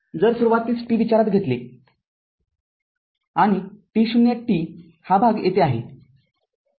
जर सुरुवातीस t विचारात घेतले आणि t0 t हा भाग येथे आहे